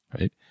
Right